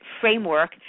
Framework